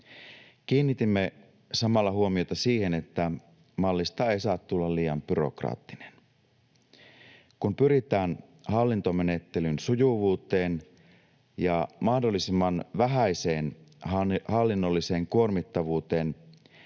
Kiinnitimme samalla huomiota siihen, että mallista ei saa tulla liian byrokraattinen. Kun pyritään hallintomenettelyn sujuvuuteen ja mahdollisimman vähäiseen hallinnolliseen kuormittavuuteen,